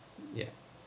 ya